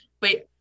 Wait